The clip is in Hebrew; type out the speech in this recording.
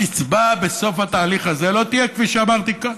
הקצבה בסוף התהליך הזה לא תהיה כפי שאמרתי כאן.